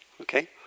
okay